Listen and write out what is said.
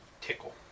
Tickle